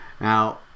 Now